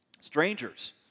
Strangers